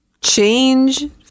Change